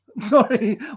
Sorry